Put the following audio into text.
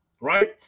right